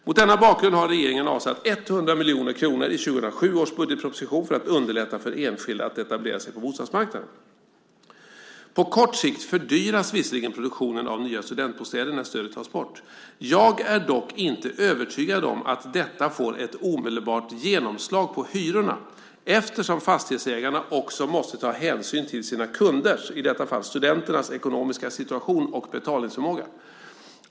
Mot denna bakgrund har regeringen avsatt 100 miljoner kronor i 2007 års budgetproposition för att underlätta för enskilda att etablera sig på bostadsmarknaden. På kort sikt fördyras visserligen produktionen av nya studentbostäder när stödet tas bort. Jag är dock inte övertygad om att detta får ett omedelbart genomslag på hyrorna, eftersom fastighetsägarna också måste ta hänsyn till sina kunders - i detta fall studenternas - ekonomiska situation och betalningsförmåga.